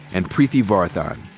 and preeti varathan.